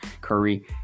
Curry